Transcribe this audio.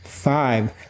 Five